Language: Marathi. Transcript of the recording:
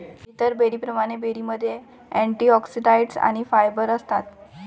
इतर बेरींप्रमाणे, बेरीमध्ये अँटिऑक्सिडंट्स आणि फायबर असतात